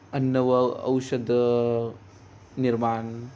अन्न औषध निर्माण